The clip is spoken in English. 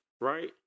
right